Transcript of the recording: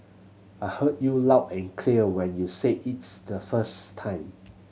I heard you loud and clear when you said its the first time